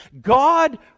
God